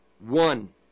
one